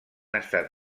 estat